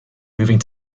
moving